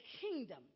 kingdom